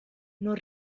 non